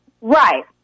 Right